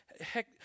Heck